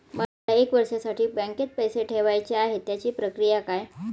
मला एक वर्षासाठी बँकेत पैसे ठेवायचे आहेत त्याची प्रक्रिया काय?